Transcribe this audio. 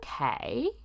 Okay